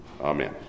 Amen